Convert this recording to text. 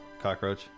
cockroach